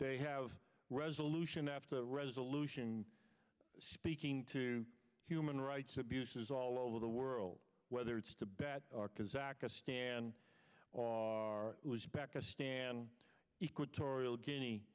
they have resolution after resolution speaking to human rights abuses all over the world whether it's to bad or kazakhstan uzbekistan equatorial guinea